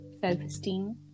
self-esteem